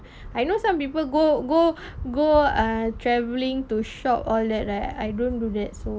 I know some people go go go uh travelling to shop all that right I don't do that so